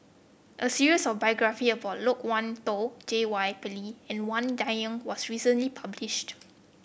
a series of biography about Loke Wan Tho J Y Pillay and Wang Dayuan was recently published